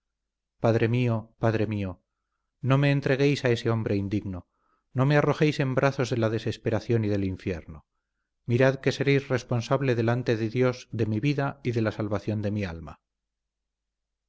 padre mío padre mío no me entreguéis a ese hombre indigno no me arrojéis en brazos de la desesperación y del infierno mirad que seréis responsable delante de dios de mi vida y de la salvación de mi alma